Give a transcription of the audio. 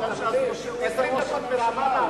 רוצים לנהל משא-ומתן?